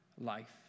life